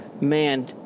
man